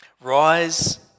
rise